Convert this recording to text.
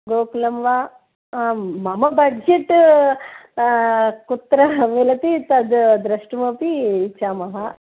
गोकुलं वा मम बज्जेट् कुत्र मिलति तत् द्रष्टुमपि इच्छामः